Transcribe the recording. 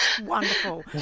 Wonderful